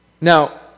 Now